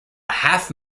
half